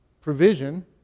provision